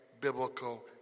biblical